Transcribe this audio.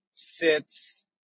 Sits